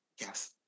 Yes